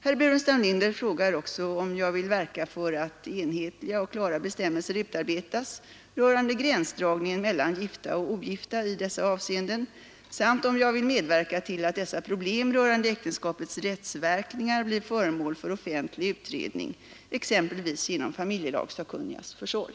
Herr Burenstam Linder frågar också om jag vill verka för att enhetliga och klara bestämmelser utarbetas rörande gränsdragningen mellan gifta och ogifta i dessa avseenden samt om jag vill medverka till att dessa problem rörande äktenskapets rättsverkningar blir föremål för offentlig utredning, exempelvis genom familjelagssakkunnigas försorg.